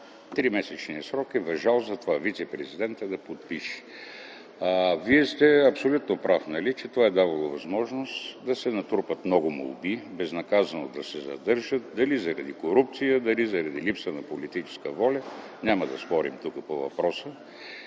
Тримесечният срок е важал за това – вицепрезидентът да подпише. Вие сте абсолютно прав, че това е давало възможност да се натрупат много молби, безнаказано да се задържат – дали заради корупция, дали заради липса на политическа воля, няма да спорим тук по въпроса.